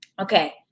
Okay